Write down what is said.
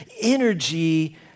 energy